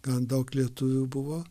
ten daug lietuvių buvo